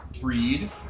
breed